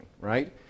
right